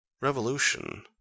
Revolution